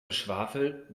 geschwafel